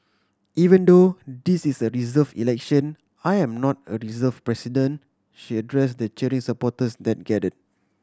even though this is a reserve election I am not a reserve president she address the cheering supporters that gather